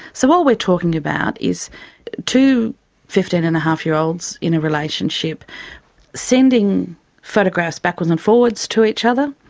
so what we're talking about is two fifteen-and-a-half-year-olds in a relationship sending photographs backwards and forwards to each other,